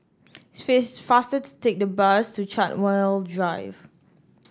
faster to take the bus to Chartwell Drive